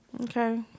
Okay